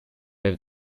lève